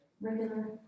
regular